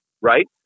right